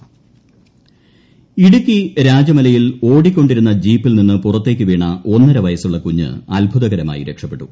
ഇടുക്കി ഇടുക്കി രാജമലയിൽ ഓടിക്കൊണ്ടിരുന്ന ജീപ്പിൽ നിന്ന് പുറത്തേക്ക് വീണ ഒന്നര വയസുള്ള കുഞ്ഞ് അത്ഭുതകരമായി രക്ഷപ്പെട്ടു